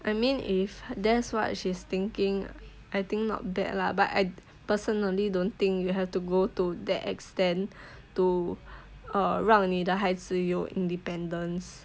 I mean if that's what she's thinking I think not bad lah but I personally don't think you have to go to that extent to err 让你的孩子有 independence